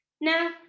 Now